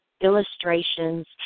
illustrations